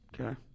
Okay